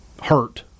hurt